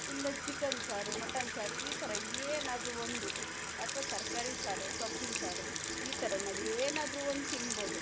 ಇಲ್ಲ ಚಿಕನ್ ಸಾರು ಮಟನ್ ಸಾರು ಈ ಥರ ಏನಾದ್ರೂ ಒಂದು ಅಥ್ವಾ ತರಕಾರಿ ಸಾರೇ ಸೊಪ್ಪಿನ ಸಾರು ಈ ಥರ ನಾವು ಏನಾದ್ರೂ ಒಂದು ತಿನ್ಬೋದು